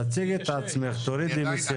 תציגי את עצמך, תורידי מסכה.